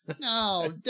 no